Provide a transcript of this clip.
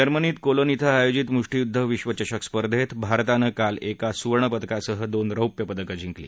जर्मातीत Cologne क्रि आयोजित मुष्टियुद्ध विश्वचषक स्पर्धेत भारतानं काल एका सुवर्णपदकासह दोन रौप्य पदकं जिंकली